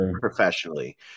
professionally